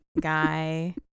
guy